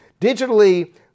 Digitally